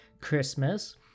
Christmas